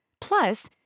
Plus